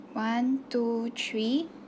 one two three